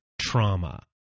trauma